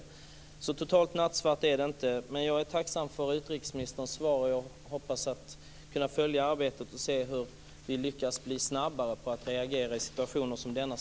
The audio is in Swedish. Totalt nattsvart är det inte. Jag är tacksam för utrikesministerns svar. Jag hoppas kunna följa arbetet och se hur vi lyckas bli snabbare på att reagera i situationer som denna.